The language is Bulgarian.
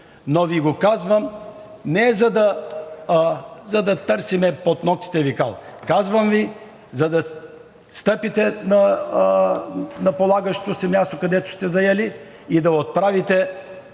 но Ви го казвам не за да търсим под ноктите Ви кал, казвам Ви го, за да стъпите на полагащото Ви се място, което сте заели, и да отправите